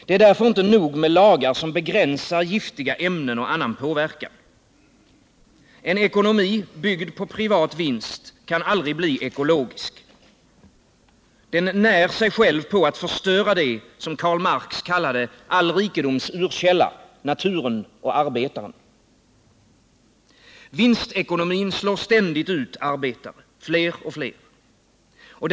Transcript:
Det är därför inte nog med lagar som begränsar förekomsten av giftiga ämnen och annan påverkan. En ekonomi byggd på privat vinst kan aldrig bli ekologisk. Den när sig själv på att förstöra det som Karl Marx kallade all rikedoms urkälla — naturen och arbetaren. Vinstekonomin slår ständigt ut fler och fler arbetare.